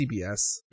CBS